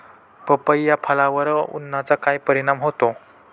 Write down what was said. पपई या फळावर उन्हाचा काय परिणाम होतो?